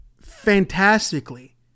Fantastically